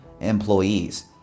employees